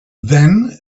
then